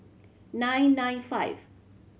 nine nine five